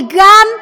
כי גם,